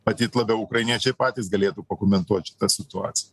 matyt labiau ukrainiečiai patys galėtų pakomentuot šitą situaci